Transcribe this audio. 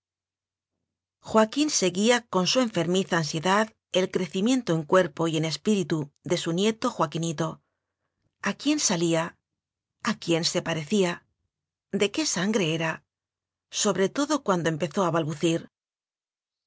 joaquín seguía con su enfermiza ansiedad el crecimiento en cuerpo y en espíritu de su nieto joaquinito a quién salía a quién se parecía de qué sangre era sobre todo cuan do empezó a balbucir